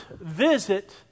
visit